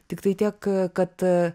tiktai tiek kad